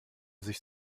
sich